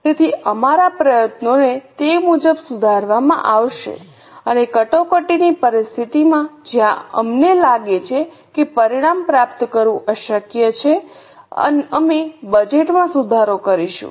તેથી અમારા પ્રયત્નોને તે મુજબ સુધારવામાં આવશે અને કટોકટીની પરિસ્થિતિમાં જ્યાં અમને લાગે છે કે પરિણામ પ્રાપ્ત કરવું અશક્ય છે અમે બજેટ માં સુધારો કરીશું